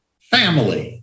family